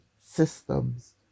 systems